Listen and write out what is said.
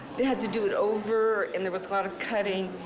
they had to do it over, and there was a lot of cutting,